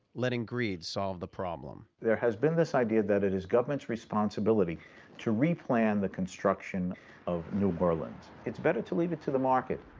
letting greed solve the problem. there has been this idea that it is government's responsibility to replan the construction of new orleans. it's better to leave it to the market.